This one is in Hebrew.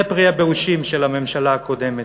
זה פרי הבאושים של הממשלה הקודמת.